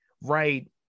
Right